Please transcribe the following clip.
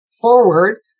forward